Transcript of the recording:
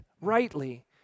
rightly